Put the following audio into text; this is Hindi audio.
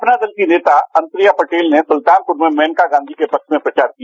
अपना दल की नेता अनुप्रिया पटेल ने सुल्तानपूर में मेनका गांवी के पक्ष में प्रचार किया